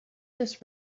this